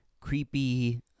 creepy